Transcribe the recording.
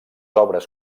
obres